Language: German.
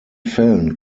fällen